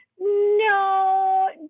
no